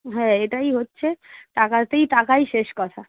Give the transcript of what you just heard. হ্যাঁ এটাই হচ্ছে টাকাতেই টাকাই শেষ কথা